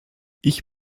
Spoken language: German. ich